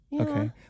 Okay